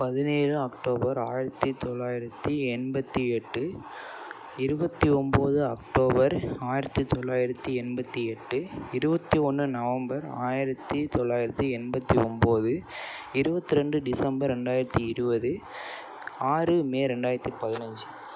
பதினேழு அக்டோபர் ஆயிரத்து தொள்ளாயிரத்தி எண்பத்து எட்டு இருபத்தி ஒம்பது அக்டோபர் ஆயிரத்து தொள்ளாயிரத்தி எண்பத்து எட்டு இருபத்தி ஒன்று நவம்பர் ஆயிரத்து தொள்ளாயிரத்தி எண்பத்து ஒம்பது இருபத்ரெண்டு டிசம்பர் ரெண்டாயிரத்து இருபது ஆறு மே ரெண்டாயிரத்து பதினைஞ்சி